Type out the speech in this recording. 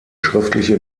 schriftliche